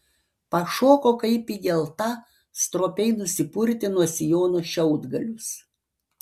pašoko kaip įgelta stropiai nusipurtė nuo sijono šiaudgalius